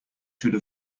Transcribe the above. should